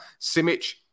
Simic